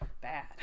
bad